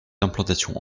l’implantation